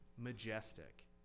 Majestic